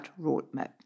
roadmap